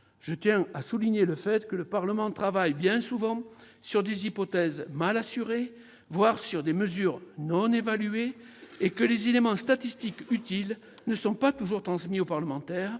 pleinement opérationnelle ». Or le Parlement travaille bien souvent sur la base d'hypothèses mal assurées, voire de mesures non évaluées, et les éléments statistiques utiles ne sont pas toujours transmis aux parlementaires,